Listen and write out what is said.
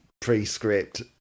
pre-script